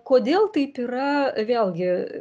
kodėl taip yra vėlgi